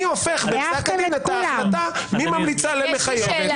אני הופך בפסק הדין את ההחלטה מהמלצה למחייבת.